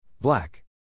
Black